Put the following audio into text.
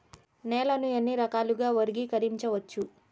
నేలని ఎన్ని రకాలుగా వర్గీకరించవచ్చు?